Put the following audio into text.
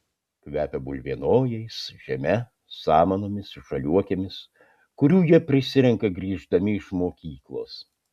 kvepia bulvienojais žeme samanomis žaliuokėmis kurių jie prisirenka grįždami iš mokyklos